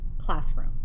classroom